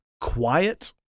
Quiet